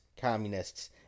communists